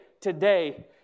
today